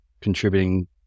contributing